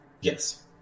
yes